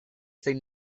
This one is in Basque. zein